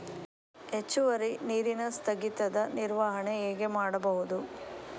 ಹೆಚ್ಚುವರಿ ನೀರಿನ ಸ್ಥಗಿತದ ನಿರ್ವಹಣೆ ಹೇಗೆ ಮಾಡಬಹುದು?